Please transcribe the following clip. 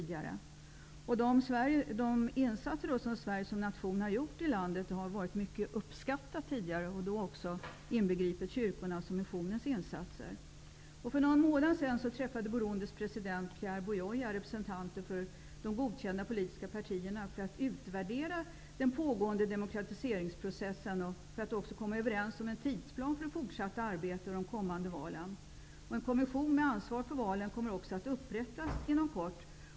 De insatser som Sverige som nation har gjort i Burundi liksom också kyrkornas missions insatser har varit mycket uppskattade. För någon månad sedan träffade Burundis president, Pierre Boyoya, representanter för de godkända politiska partierna för att utvärdera den pågående demokratiseringsprocessen och för att komma överens om en tidsplan för det fortsatta arbetet och för de kommande valen. En kommission med ansvar för de kommande valen kommer också att inrättas inom kort.